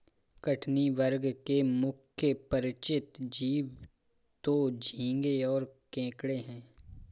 कठिनी वर्ग के मुख्य परिचित जीव तो झींगें और केकड़े हैं